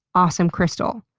awesome crystal,